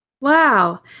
Wow